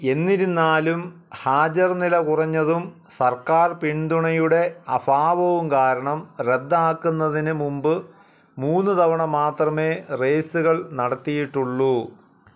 എന്നിരുന്നാലും ഹാജർ നില കുറഞ്ഞതും സർക്കാർ പിന്തുണയുടെ അഭാവവും കാരണം റദ്ദാക്കുന്നതിന് മുമ്പ് മൂന്ന് തവണ മാത്രമേ റേസുകൾ നടത്തിയിട്ടുള്ളൂ